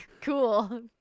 Cool